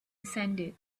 descended